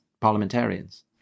parliamentarians